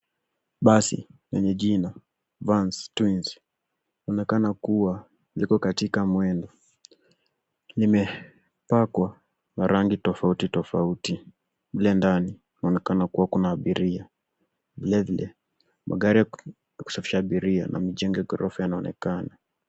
Basi yenye jina Vans Twins inaonekana kuwa liko katika mwendo. Limepakwa marangi tofauti tofauti. Mle ndani, mnaonekana kuwa kuna abiria. Vilevile, magari ya kusafirisha abiria na mijengo ya ghorofa yanaonekana.